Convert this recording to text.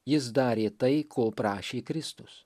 jis darė tai ko prašė kristus